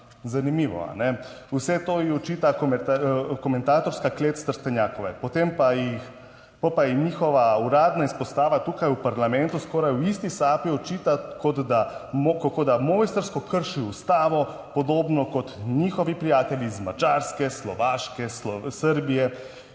Zanimivo, a ne. Vse to ji očita komentatorska klet s Trstenjakove. Potem pa jih po pa jim njihova uradna izpostava tukaj v parlamentu skoraj v isti sapi očita, kot da mojstrsko krši ustavo. Podobno kot njihovi prijatelji iz Madžarske, Slovaške, Srbije,